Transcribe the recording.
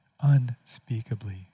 Unspeakably